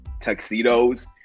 tuxedos